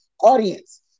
audience